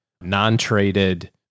non-traded